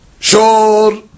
Sure